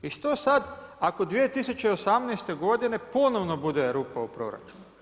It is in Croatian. I što sad ako 2018. godine ponovno bude rupa u proračunu?